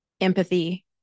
empathy